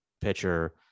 pitcher